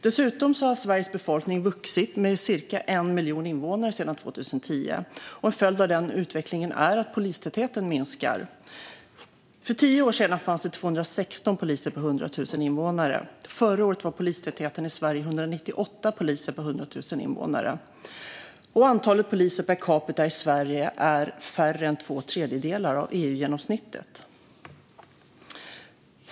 Dessutom har Sveriges befolkning vuxit med ca 1 miljon invånare sedan 2010. En följd av den utvecklingen är att polistätheten minskar. För tio år sedan fanns det 216 poliser per 100 000 invånare. Förra året var polistätheten i Sverige 198 poliser per 100 000 invånare. Antalet poliser per capita i Sverige är mindre än två tredjedelar av EU-genomsnittet.